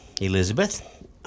Elizabeth